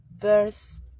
verse